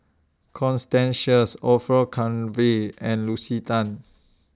Constance Sheares Orfeur Cavenagh and Lucy Tan